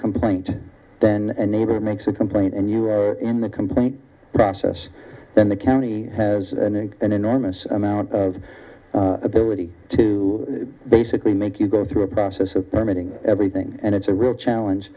complaint then a neighbor makes a complaint and you are in the complaint process then the county has an enormous amount of ability to basically make you go through a process of permitting everything and it's a real challenge